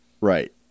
Right